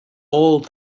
all